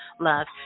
love